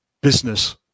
business